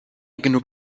genug